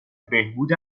بهبود